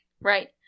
Right